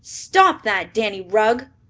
stop that, danny rugg!